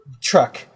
Truck